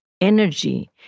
energy